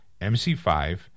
MC5